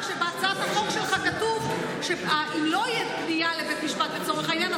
רק שבהצעת החוק שלך כתוב שאם לא תהיה פנייה לבית משפט לצורך העניין,